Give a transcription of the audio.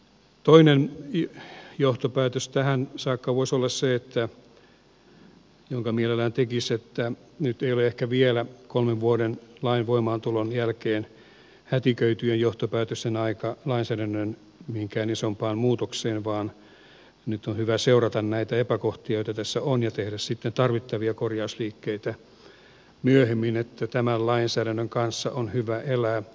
toinen johtopäätös tähän saakka voisi olla se jonka mielellään tekisi että nyt ei ole ehkä vielä kolme vuotta lain voimaantulon jälkeen hätiköityjen johtopäätösten aika lainsäädännön mihinkään isompaan muutokseen vaan nyt on hyvä seurata näitä epäkohtia joita tässä on ja tehdä sitten tarvittavia korjausliikkeitä myöhemmin niin että tämän lainsäädännön kanssa on hyvä elää